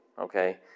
Okay